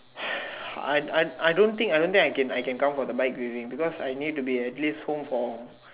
I I I don't think I don't think I can I can come for the bike briefing because I need to be at least home for